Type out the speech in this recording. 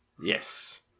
Yes